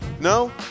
No